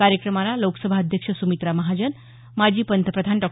कार्यक्रमाला लोकसभा अध्यक्ष सुमित्रा महाजन माजी पंतप्रधान डॉ